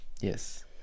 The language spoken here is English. Yes